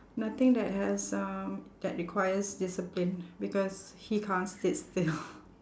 nothing that has um that requires discipline because he can't sit still